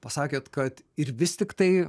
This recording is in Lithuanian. pasakėt kad ir vis tiktai